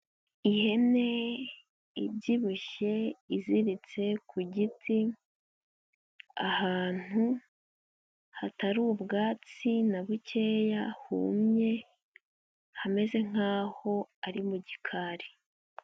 Ihene ibyibushye iziritse ku giti, ahantu hatari ubwatsi na bukeya, humye hameze nk'aho ari mu gikari.